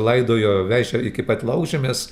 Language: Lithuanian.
laidojo vežė iki pat laukžemės